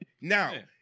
now